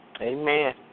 Amen